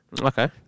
Okay